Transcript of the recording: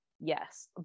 yes